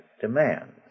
demands